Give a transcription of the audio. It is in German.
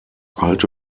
alte